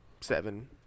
Seven